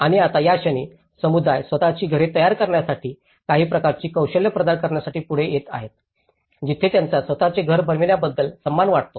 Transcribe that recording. आणि आता या क्षणी समुदाय स्वत ची घरे तयार करण्यासाठी काही प्रकारचे कौशल्य प्रदान करण्यासाठी पुढे येत आहे जिथे त्यांना स्वतःचे घर बनविण्याबद्दल सन्मान वाटतो